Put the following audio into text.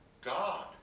God